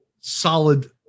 solid